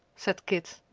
said kit.